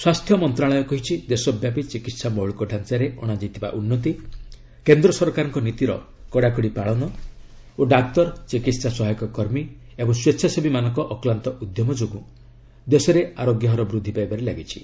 ସ୍ୱାସ୍ଥ୍ୟ ମନ୍ତ୍ରଣାଳୟ କହିଛି ଦେଶବ୍ୟାପୀ ଚିକିତ୍ସା ମୌଳିକ ଜାଞ୍ଚାରେ ଅଣାଯାଇଥିବା ଉନ୍ନତି କେନ୍ଦ୍ର ସରକାରଙ୍କ ନୀତିର କଡାକଡି ପାଳନ ଓ ଡାକ୍ତର ଚିକିତ୍ସା ସହାୟକ କର୍ମୀ ଏବଂ ସ୍ପେଚ୍ଛାସେବୀମାନଙ୍କ ଅକ୍ଲାନ୍ତ ଉଦ୍ୟମ ଯୋଗୁଁ ଦେଶରେ ଆରୋଗ୍ୟହାର ବୃଦ୍ଧି ପାଇବାରେ ଲାଗିଛି